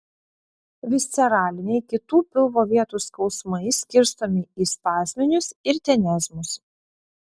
visceraliniai kitų pilvo vietų skausmai skirstomi į spazminius ir tenezmus